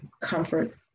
comfort